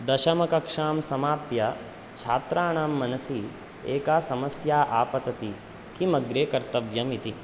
दशमकक्षां समाप्य छात्राणां मनसि एका समस्या आपतति किम् अग्रे कर्तव्यमिति